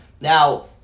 now